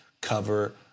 cover